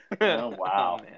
Wow